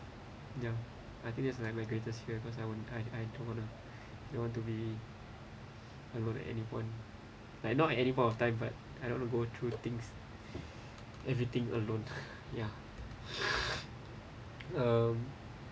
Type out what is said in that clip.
ya I think that's like my greatest fear because I I I don't want to don't want to be alone anyone like not any point of time but I don't want to go through things everything alone ya um